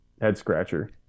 head-scratcher